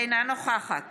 אינה נוכחת